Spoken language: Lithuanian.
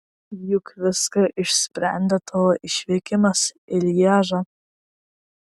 juk viską išsprendė tavo išvykimas į lježą